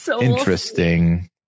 interesting